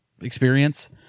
experience